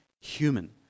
human